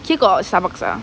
here got Starbucks ah